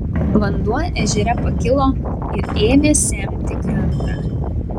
vanduo ežere pakilo ir ėmė semti krantą